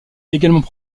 également